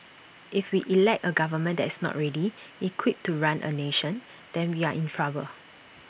if we elect A government that is not ready equipped to run A nation then we are in trouble